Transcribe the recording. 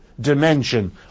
dimension